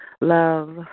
Love